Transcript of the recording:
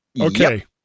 Okay